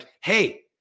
hey